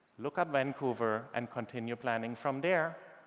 look at vancouver and continue planning from there.